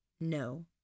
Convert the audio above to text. No